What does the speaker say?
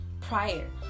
prior